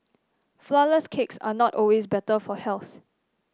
flourless cakes are not always better for health